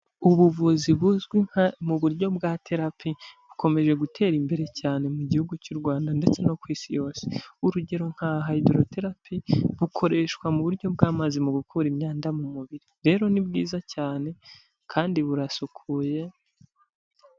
Ubuvuzi buzwi mu buryo bwa terapi bukomeje gutera imbere cyane mu gihugu cy'u Rwanda, ndetse no ku isi yose urugero nka hayidoroterapi bukoreshwa mu buryo bw'amazi, mu gukura imyanda mu mubiri rero ni bwiza cyane kandi burasukuye.